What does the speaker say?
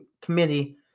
Committee